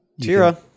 Tira